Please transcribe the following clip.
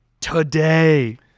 Today